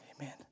Amen